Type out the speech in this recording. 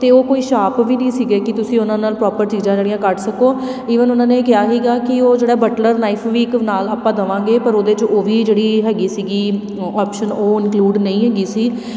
ਅਤੇ ਉਹ ਕੋਈ ਸ਼ਾਪ ਵੀ ਨਹੀਂ ਸੀਗੇ ਕਿ ਤੁਸੀਂ ਉਹਨਾਂ ਨਾਲ ਪ੍ਰੋਪਰ ਚੀਜ਼ਾਂ ਜਿਹੜੀਆਂ ਕੱਟ ਸਕੋ ਈਵਨ ਉਹਨਾਂ ਨੇ ਕਿਹਾ ਸੀਗਾ ਕਿ ਉਹ ਜਿਹੜਾ ਬਟਲਰ ਨਾਈਫ ਵੀ ਇੱਕ ਨਾਲ ਆਪਾਂ ਦੇਵਾਂਗੇ ਪਰ ਉਹਦੇ 'ਚ ਉਹ ਵੀ ਜਿਹੜੀ ਹੈਗੀ ਸੀਗੀ ਅੋਪਸ਼ਨ ਉਹ ਇੰਕਲੂਡ ਨਹੀਂ ਹੈਗੀ ਸੀ